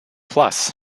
plus